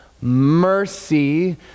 mercy